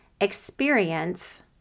experience